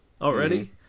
already